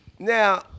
now